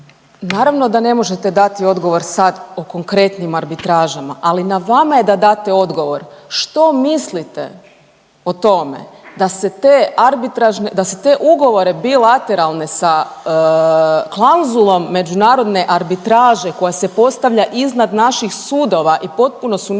Naravno da ne možete dati odgovor sad o konkretnim arbitražama, ali na vama je da date odgovor što mislite o tome da se te ugovore bilateralne sa klauzulom međunarodne arbitraže koja se postavlja iznad naših sudova i potpuno su neustavne